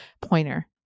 Pointer